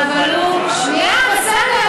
שנייה, בסדר.